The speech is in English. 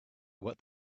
what